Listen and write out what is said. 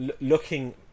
looking